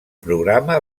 programa